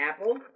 Apple